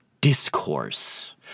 discourse